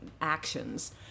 actions